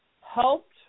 helped